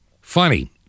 Funny